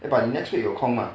eh but 你 next week 有空吗